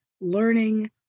learning